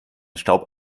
staub